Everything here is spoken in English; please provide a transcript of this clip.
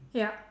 yup